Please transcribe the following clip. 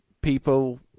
people